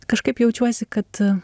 kažkaip jaučiuosi kad